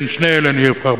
בין שני אלה אני אבחר